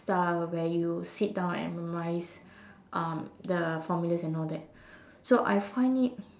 style where you sit down and memorise um the formulas and all that so I find it